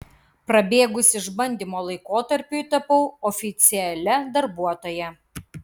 prabėgus išbandymo laikotarpiui tapau oficialia darbuotoja